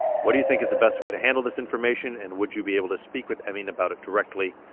what do you think is the best way to handle this information? and would you be able to speak with emin about it directly?